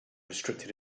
restricted